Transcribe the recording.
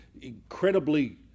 incredibly